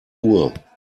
uhr